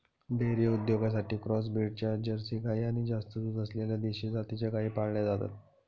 dairy उद्योगासाठी cross ब्रीडच्या Jersey गाई आणि जास्त दूध असलेल्या देशी जातीच्या गायी पाळल्या जातात